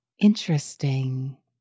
Interesting